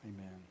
Amen